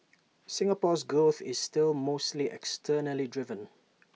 Singapore's growth is still mostly externally driven